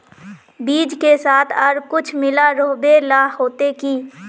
बीज के साथ आर कुछ मिला रोहबे ला होते की?